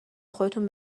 خودتون